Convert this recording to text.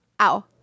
Ow